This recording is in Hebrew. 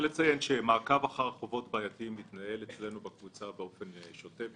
מעקב אחר חובות בעייתיים מתנהל אצלנו בקבוצה באופן שוטף,